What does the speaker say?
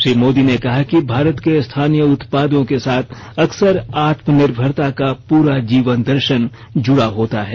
श्री मोदी ने कहा कि भारत के स्थानीय उत्पादों के साथ अक्सर आत्मनिर्भरता का पूरा जीवन दर्शन जुड़ा होता है